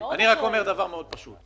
אני אומר דבר מאוד פשוט.